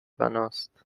بناست